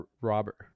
Robert